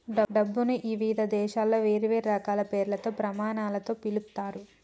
డబ్బుని ఇవిధ దేశాలలో వేర్వేరు రకాల పేర్లతో, ప్రమాణాలతో పిలుత్తారు